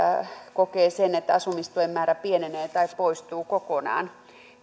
kokee sen että asumistuen määrä pienenee tai poistuu kokonaan